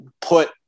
put